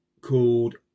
called